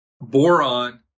Boron